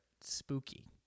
spooky